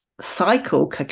cycle